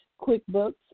QuickBooks